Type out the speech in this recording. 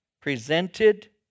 presented